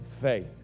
faith